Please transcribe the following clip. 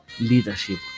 leadership